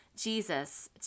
Jesus